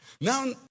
Now